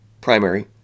primary